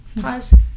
Pause